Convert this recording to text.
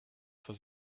vor